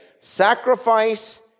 ...sacrifice